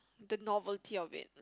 the novelty of it